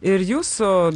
ir jūsų